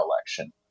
election